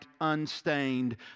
unstained